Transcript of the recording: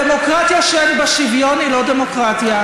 דמוקרטיה שאין בה שוויון היא לא דמוקרטיה,